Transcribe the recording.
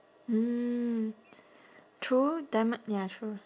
mm true diamo~ ya true